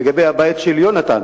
לגבי "בית יהונתן",